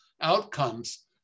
outcomes